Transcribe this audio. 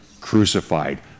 crucified